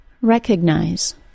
Recognize